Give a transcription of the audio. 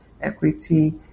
equity